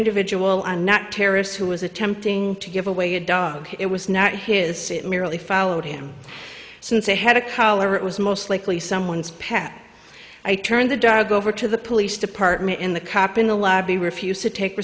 individual and not terrorists who was attempting to give away a dog it was not his it merely followed him since they had a collar it was most likely someone's pet i turned the dog over to the police department in the cop in the lobby refused to take